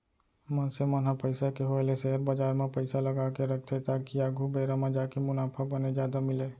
मनसे मन ह पइसा के होय ले सेयर बजार म पइसा लगाके रखथे ताकि आघु बेरा म जाके मुनाफा बने जादा मिलय